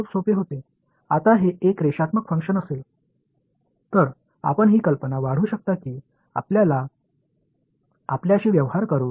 எனவே இப்போது ஒருங்கிணைப்பது மிகவும் எளிது இது ஒரு லீனியர் செயல்பாடு ஆக இருக்கும்